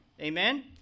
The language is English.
Amen